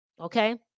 Okay